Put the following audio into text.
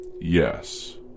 Yes